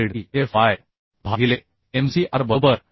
z e f y भागिले m c r बरोबर